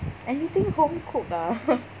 anything home-cooked ah